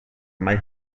mai